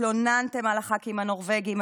התלוננתם על הח"כים הנורבגים,